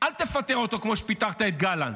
אל תפטר אותו כמו שפיטרת את גלנט.